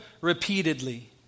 repeatedly